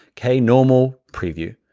okay, normal preview.